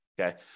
Okay